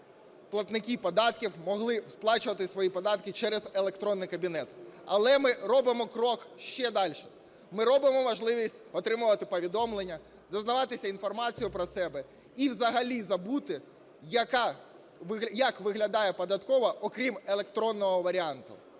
платники податків могли сплачувати свої податки через електронний кабінет. Але ми робимо крок ще дальше. Ми робимо можливість отримувати повідомлення, дізнаватися інформацію про себе і взагалі забути, як виглядає податкова, окрім електронного варіанту.